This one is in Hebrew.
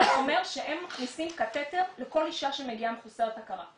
הוא אומר שהם מכניסים קטטר לכל אישה שמגיעה מחוסרת הכרה.